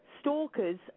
stalkers